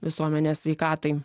visuomenės sveikatai